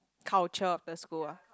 culture of the school ah